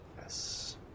yes